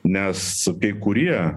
nes kai kurie